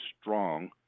strong